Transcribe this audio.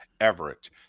Everett